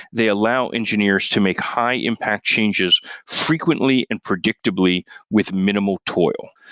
they allow engineers to make high-impact changes frequently and predictably with minimal toil.